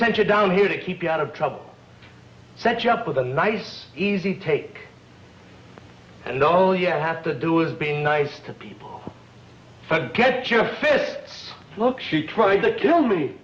center down here to keep you out of trouble set you up with a nice easy take and all you have to do is being nice to people get your fists look she tried to kill me